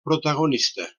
protagonista